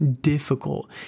difficult